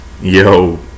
Yo